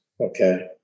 okay